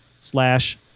slash